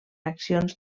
accions